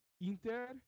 Inter